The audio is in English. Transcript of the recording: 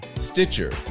Stitcher